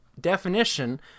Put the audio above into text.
definition